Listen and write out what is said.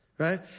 right